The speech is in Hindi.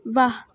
वाह